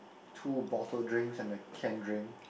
two bottle drinks and a canned drink